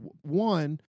one